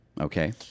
Okay